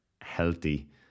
healthy